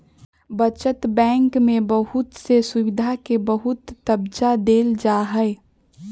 बचत बैंक में बहुत से सुविधा के बहुत तबज्जा देयल जाहई